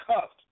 cuffed